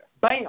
Bam